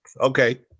okay